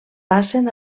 passen